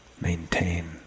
maintain